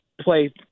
play